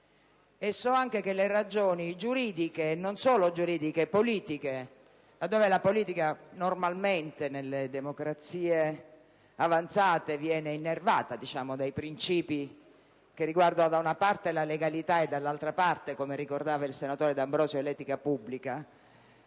So anche che le ragioni giuridiche e politiche - laddove la politica normalmente nelle democrazie avanzate viene innervata dai princìpi che riguardano da una parte la legalità e dall'altra parte, come ricordava il senatore D'Ambrosio, l'etica pubblica